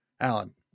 Alan